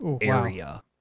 area